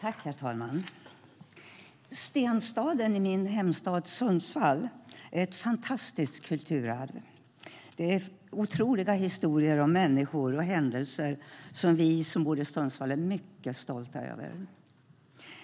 Herr talman! Stenstaden i min hemstad Sundsvall är ett fantastiskt kulturarv, med otroliga historier om människor och händelser som vi som bor i Sundsvall är mycket stolta över.